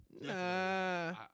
Nah